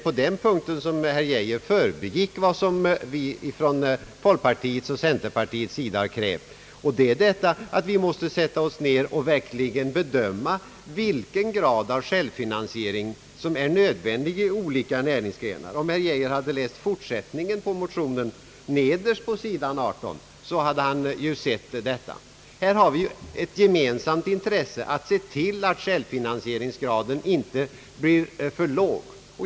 På den punkten förbigick herr Geijer vad vi från folkpartiets sida och från centerpartiets sida har krävt, nämligen att vi måste sätta oss ned och verkligen bedöma vilken grad av självfinansiering som är nödvändig inom olika näringsgrenar. Om herr Geijer läst fortsättningen på motionen, nederst på sid. 18, hade han sett detta. Vi har ett gemensamt intresse av att se till att självfinansieringsgraden inte blir för låg.